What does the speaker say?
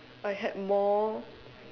I had more